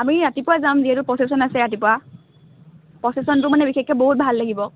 আমি ৰাতিপুৱা যাম যিহেতু পছেচন আছে ৰাতিপুৱা পছেচনটো মানে বিশেষকৈ বহুত ভাল লাগিব